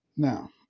Now